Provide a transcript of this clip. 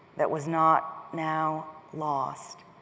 that was not now lost.